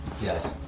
Yes